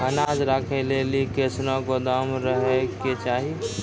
अनाज राखै लेली कैसनौ गोदाम रहै के चाही?